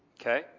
Okay